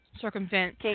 circumvent